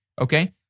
okay